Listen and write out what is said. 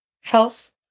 Health